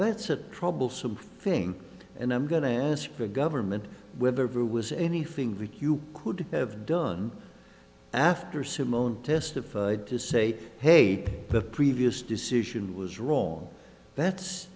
that's a troublesome thing and i'm going to ask the government where the rule was anything that you could have done after simone testified to say hey the previous decision was wrong that